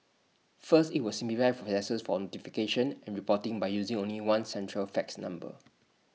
first IT will simplify processes for notification and reporting by using only one central fax number